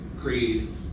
creed